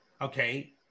okay